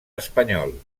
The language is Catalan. espanyol